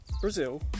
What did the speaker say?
Brazil